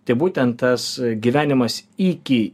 tai būtent tas gyvenimas iki